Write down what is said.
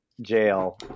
jail